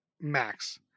Max